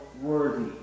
worthy